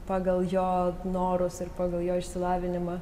pagal jo norus ir pagal jo išsilavinimą